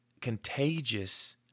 contagious